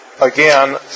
again